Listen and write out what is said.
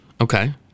Okay